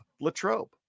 Latrobe